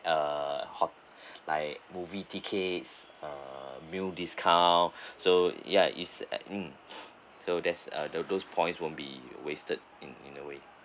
err hot~ like movie tickets uh meal discount so ya is mm so there's uh the those points will be wasted in in a way